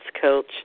Coach